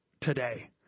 today